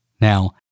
Now